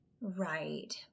Right